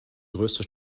größte